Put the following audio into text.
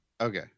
Okay